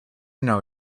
know